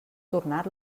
tornar